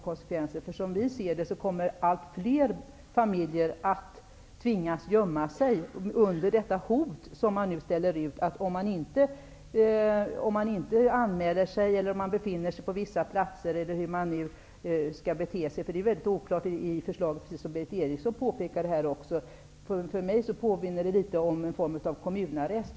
Som vi ser det medför detta förslag att allt fler familjer tvingas att gömma sig, eftersom de måste anmäla sig, befinna sig på särskilda platser eller hur de nu skall bete sig. Precis som Berith Eriksson sade är förslaget väldigt oklart i det här avseendet. För mig påminner det hela litet grand om en form av kommunarrest.